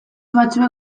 batzuek